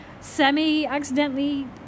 semi-accidentally